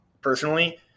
personally